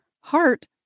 heart